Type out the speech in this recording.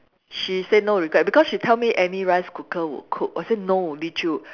she say no regret because she tell me any rice cooker would cook I said no Li Choo